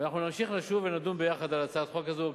ואנחנו נמשיך ונדון ביחד על הצעת החוק הזו,